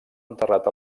enterrat